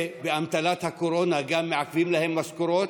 ובאמתלת הקורונה גם מעכבים להם משכורות.